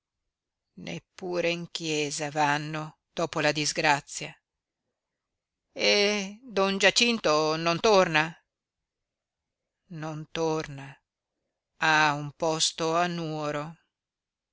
neppure in chiesa vanno dopo la disgrazia e don giacinto non torna non torna ha un posto a nuoro